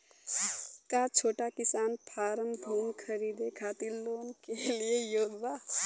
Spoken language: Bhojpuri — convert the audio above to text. का छोटा किसान फारम भूमि खरीदे खातिर लोन के लिए योग्य बा?